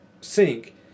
sink